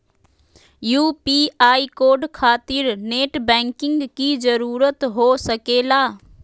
UPI code खातिर net banking की जरूरत हो सके ला?